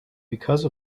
because